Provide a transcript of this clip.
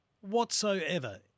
Whatsoever